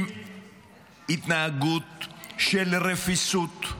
עם התנהגות של רפיסות,